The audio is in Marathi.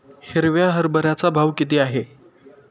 हिरव्या हरभऱ्याचा भाव किती आहे?